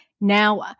Now